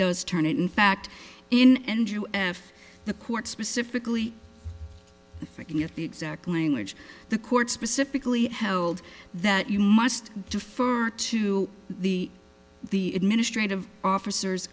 does turn it in fact in andrew and if the court specifically looking at the exact language the court specifically held that you must defer to the the administrative officers